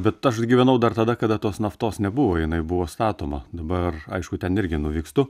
bet aš gyvenau dar tada kada tos naftos nebuvo jinai buvo statoma dabar aišku ten irgi nuvykstu